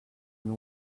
and